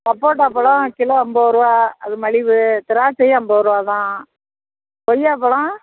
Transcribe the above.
சப்போட்டா பழம் கிலோ ஐம்பது ரூபா அது மலிவு திராட்சையும் ஐம்பது ரூபா தான் கொய்யாப்பழம்